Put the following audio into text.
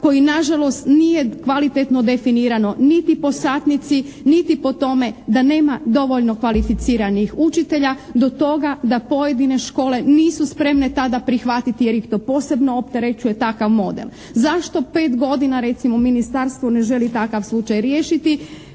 koji na žalost nije kvalitetno definirano niti po satnici, niti po tome da nema dovoljno kvalificiranih učitelja do toga da pojedine škole nisu spremne tada prihvatiti jer ih to posebno opterećuje takav model. Zašto 5 godina, recimo ministarstvo ne želi takav slučaj riješiti?